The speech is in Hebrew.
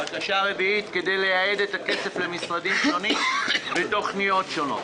כדי לייעד את הכסף למשרדים שונים ותוכניות שונות.